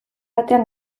batean